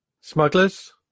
Smugglers